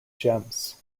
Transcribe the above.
gems